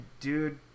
dude